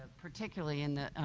particularly in the